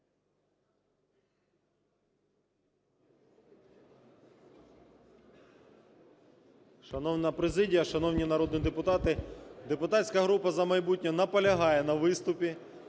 Депутатська група "За майбутнє" наполягає на виступі.